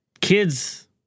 kids